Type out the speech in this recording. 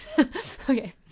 Okay